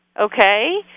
okay